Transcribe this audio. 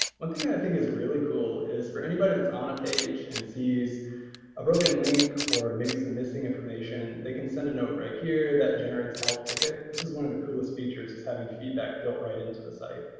one thing i think is really cool is for anybody that's on a page and sees a broken link or maybe some missing information, they can send a note right here that generates help ticket. this is one of the coolest features is having feedback built right into the site.